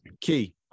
Key